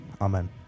amen